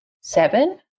seven